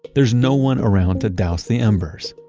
there's no one around to douse the embers.